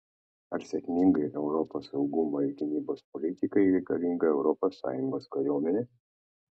ar sėkmingai europos saugumo ir gynybos politikai reikalinga europos sąjungos kariuomenė